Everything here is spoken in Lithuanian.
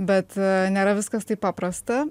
bet nėra viskas taip paprasta